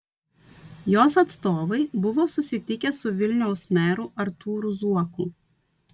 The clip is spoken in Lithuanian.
jos atstovai buvo susitikę su vilniaus meru artūru zuoku